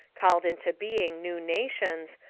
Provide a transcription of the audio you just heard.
called into being new nations,